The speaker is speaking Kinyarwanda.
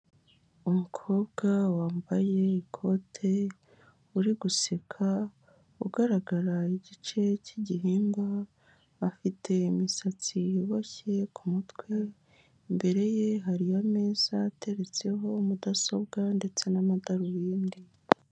Umukobwa wambaye ikote uri guseka, ugaragara igice cy'igihimba, afite imisatsi iboshye ku mutwe, imbere ye hariho ameza ateretseho mudasobwa ndetse n'amadarubindi.